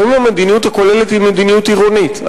לפעמים המדיניות הכוללת היא מדיניות עירונית.